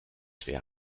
schwer